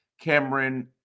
Cameron